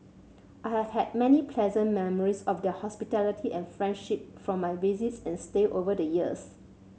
I have had many pleasant memories of their hospitality and friendship from my visits and stay over the years